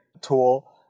tool